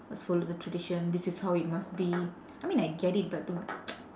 must follow the tradition this is how it must be I mean I get it but to